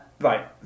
Right